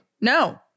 No